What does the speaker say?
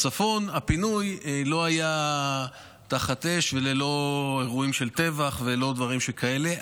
בצפון הפינוי לא היה תחת אש וללא אירועים של טבח ולא דברים שכאלה.